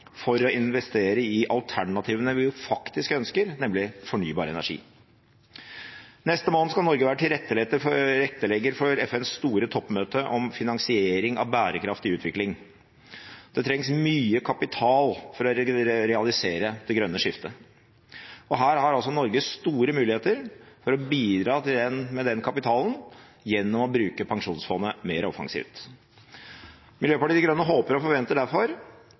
for å investere i alternativene vi faktisk ønsker, nemlig fornybar energi. Neste måned skal Norge være tilrettelegger for FNs store toppmøte om finansiering av bærekraftig utvikling. Det trengs mye kapital for å realisere det grønne skiftet. Her har altså Norge store muligheter for å bidra med den kapitalen gjennom å bruke pensjonsfondet mer offensivt. Miljøpartiet De Grønne håper og forventer derfor